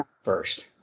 First